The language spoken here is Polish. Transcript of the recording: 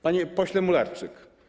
Panie Pośle Mularczyk!